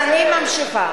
את עושה את זה מחוסר ידע,